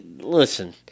listen